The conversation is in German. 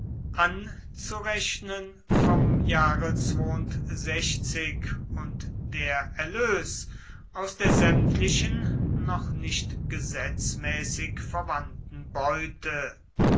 anzurechnen vom jahre und der erlös aus der sämtlichen noch nicht gesetzmäßig verwandten beute